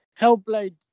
hellblade